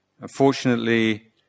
Unfortunately